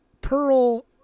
Pearl